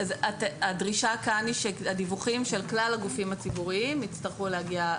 הדרישה כאן היא שהנהלים של כלל הגופים הציבוריים יצטרכו להגיע.